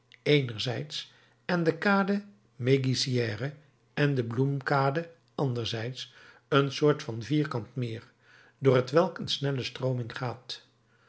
eenerzijds en de kade mégisserie en de bloemkade anderzijds een soort van vierkant meer door t welk een snelle strooming gaat